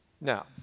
Now